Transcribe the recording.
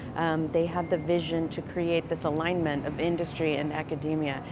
they had the vision to create this alignment of industry and academia,